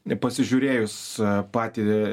nepasižiūrėjus patį